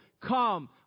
come